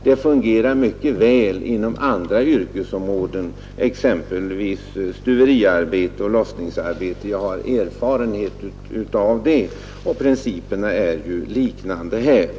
Det fungerar mycket bra inom andra yrkesområden, exempelvis när det gäller stuverioch lossningsarbete. Jag har erfarenheter av det. Och här är principerna ju desamma.